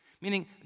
Meaning